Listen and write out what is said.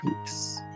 peace